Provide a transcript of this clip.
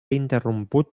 interromput